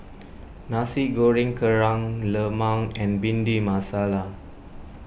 Nasi Goreng Kerang Lemang and Bhindi Masala